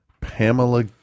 Pamela